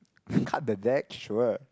cut the deck sure